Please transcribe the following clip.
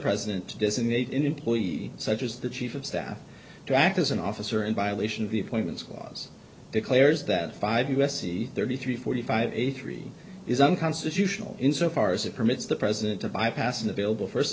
president to designate an employee such as the chief of staff to act as an officer in violation of the appointments clause declares that five u s c thirty three forty five eighty three is unconstitutional insofar as it permits the president to bypass an available first